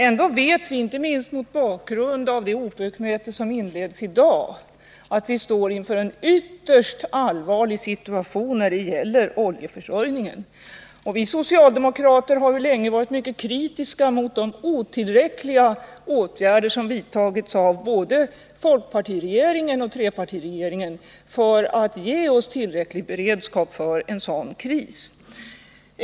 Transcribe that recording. Ändå vet vi, inte minst mot bakgrund av det OPEC-möte som inleds i dag, att vi står inför en ytterst allvarlig situation när det gäller oljeförsörjningen. Vi socialdemokrater har länge varit mycket kritiska mot de otillräckliga åtgärder som har vidtagits av både folkpartiregeringen och trepartiregeringen för att ge oss tillräcklig beredskap för en sådan kris.